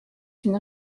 une